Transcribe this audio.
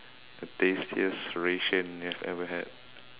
the tastiest ration you have ever had